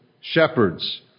shepherds